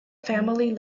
family